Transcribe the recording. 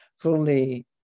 fully